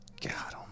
God